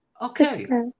Okay